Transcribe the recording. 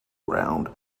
ground